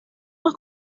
más